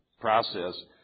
process